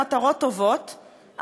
למטרות טובות,